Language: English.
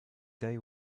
guy